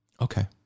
Okay